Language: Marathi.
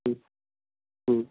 हं हं